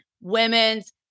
women's